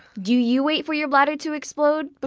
do you wait for your bladder to explode? but